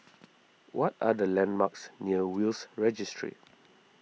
what are the landmarks near Will's Registry